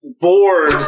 bored